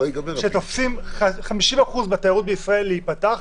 שתופסים 50% מהתיירות בישראל להיפתח,